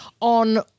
on